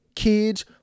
Kids